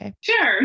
Sure